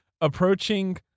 approaching